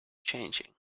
changing